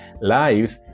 lives